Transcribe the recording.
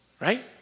Right